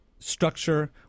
structure